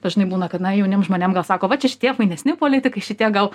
dažnai būna kad na jauniem žmonėm gal sako va čia šitie fainesni politikai šitie gal